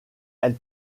elle